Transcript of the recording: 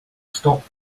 stop